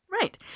Right